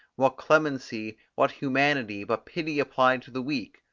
what clemency, what humanity, but pity applied to the weak,